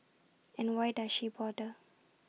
and why does she bother